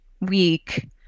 week